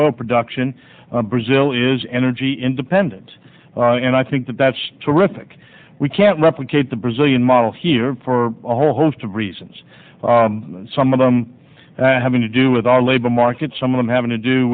oil production brazil is energy independent and i think that that's terrific we can't replicate the brazilian model here for a whole host of reasons some of them having to do with our labor markets some of them having to do